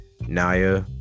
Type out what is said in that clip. Naya